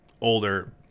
older